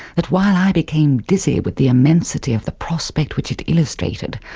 that while i became dizzy with the immensity of the prospect which it illustrated,